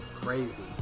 crazy